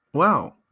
Wow